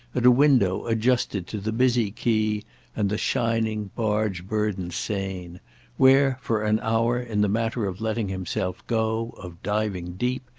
at a window adjusted to the busy quay and the shining barge-burdened seine where, for an hour, in the matter of letting himself go, of diving deep,